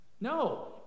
No